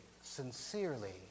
sincerely